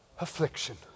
affliction